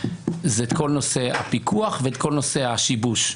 וזה כל נושא הפיקוח וכל נושא השיבוש.